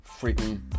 freaking